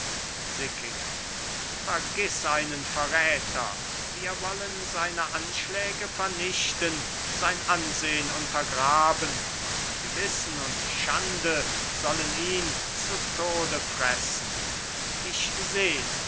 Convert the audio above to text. sickingen vergiß einen verräter wir wollen seine anschläge vernichten sein ansehn untergraben und gewissen und schande sollen ihn zu tode fressen ich seh